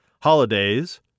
holidays